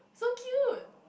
so cute